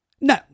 No